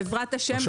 בעזרת השם,